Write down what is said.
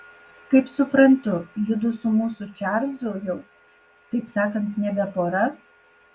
kaip suprantu judu su mūsų čarlzu jau taip sakant nebe pora